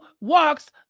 walks